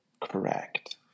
correct